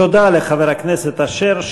תודה לחבר הכנסת אשר.